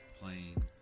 playing